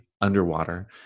underwater